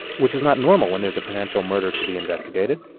which is not normal when there's a potential murder to be investigated.